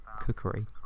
cookery